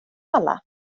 alla